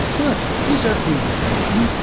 but is airplay not working?